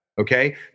Okay